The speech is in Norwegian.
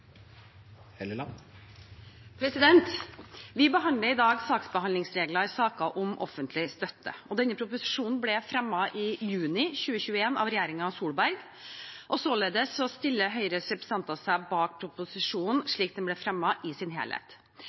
Vi behandler i dag saksbehandlingsregler i saker om offentlig støtte. Denne proposisjonen ble fremmet i juni 2021 av regjeringen Solberg, og således stiller Høyres representanter seg bak proposisjonen slik den ble fremmet, i sin helhet.